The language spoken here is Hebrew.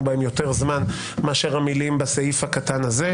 בהן יותר זמן מאשר המילים בסעיף הקטן הזה.